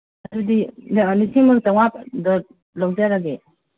ꯑꯗꯨꯗꯤ ꯂꯤꯁꯤꯡ ꯑꯃꯒ ꯆꯥꯝꯃꯉꯥꯗ ꯂꯧꯖꯔꯒꯦ